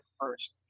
first